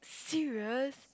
serious